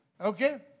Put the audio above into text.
Okay